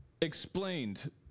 Explained